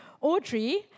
Audrey